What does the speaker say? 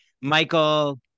Michael